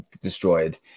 destroyed